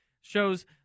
shows –